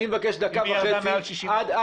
אם היא ירדה מעל 60 אחוזים.